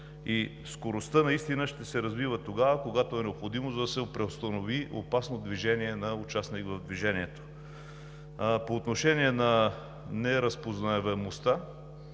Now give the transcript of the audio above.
и скоростта ще се развива тогава, когато е необходимо, за да преустанови опасно движение на участник в движението. По отношение на неразпознаваемостта